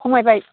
खमायबाय